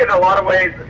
and a lot of ways,